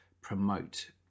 promote